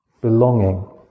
belonging